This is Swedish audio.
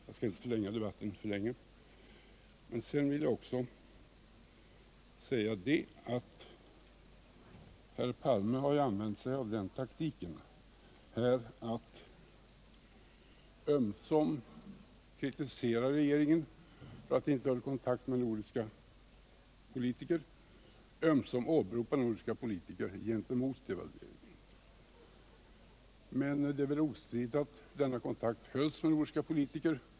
Jag skall inte förlänga debatten ytterligare, men jag vill ändå säga att herr Palme här använt sig av den taktiken att ömsom kritisera regeringen för att inte ha kontakt med nordiska politiker, ömsom åberopa nordiska politiker mot devalveringen. Men det är väl ostridigt att en sådan kontakt upprätthölls med nordiska politiker.